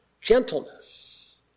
gentleness